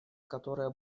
которое